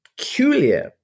Peculiar